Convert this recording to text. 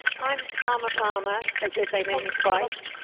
i'm parma parma, so good they named me twice.